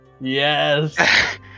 Yes